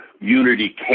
Unity